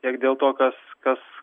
tiek dėl to kas kas